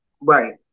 Right